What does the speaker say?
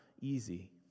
easy